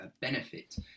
benefit